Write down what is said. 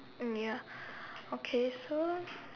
mm ya okay so